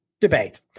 debate